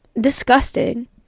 disgusting